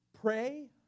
Pray